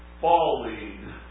falling